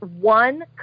one